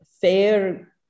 fair